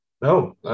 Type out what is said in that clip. No